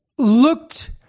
looked